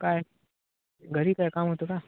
काय घरी काय काम होतं का